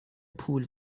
پول